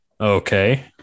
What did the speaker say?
okay